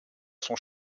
son